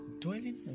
dwelling